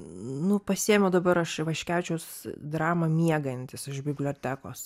nu pasiėmiau dabar aš ivaškevičiaus dramą miegantis iš bibliotekos